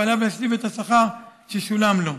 ועליו להשיב את השכר ששולם לו.